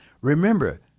remember